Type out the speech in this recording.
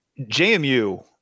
JMU